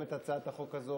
חבר הכנסת כבל,